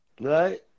Right